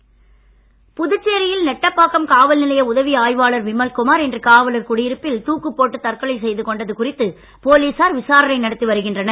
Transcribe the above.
தற்கொலை புதுச்சேரியில் நெட்டப்பாக்கம் காவல்நிலைய உதவி ஆய்வாளர் விமல் குமார் இன்று காவலர் குடியிருப்பில் தூக்குப் போட்டுத் தற்கொலை செய்து கொண்டது குறித்து போலீசார் விசாரணை நடத்தி வருகின்றனர்